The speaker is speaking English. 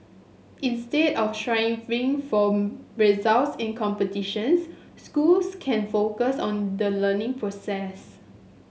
instead of trying for results in competitions schools can focus on the learning process